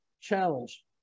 challenge